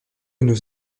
nos